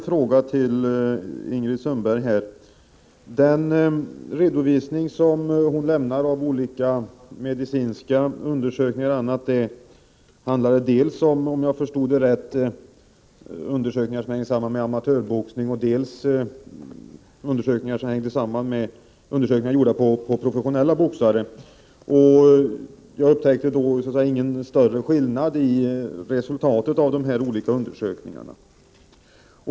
Fru talman! Ingrid Sundberg lämnade en redovisning av olika medicinska undersökningar. Om jag förstod rätt handlar det dels om undersökningar i samband med amatörboxning, dels om undersökningar gjorda på professionella boxare. Jag upptäckte ingen större skillnad när det gäller resultaten av dessa olika undersökningar.